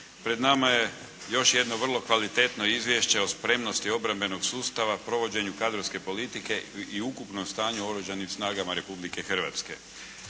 da u narednim godišnjim izvješćima o spremnosti obrambenog sustava, provođenju kadrovske politike i ukupnom stanju u Oružanim snagama Republike Hrvatske,